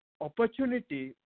opportunity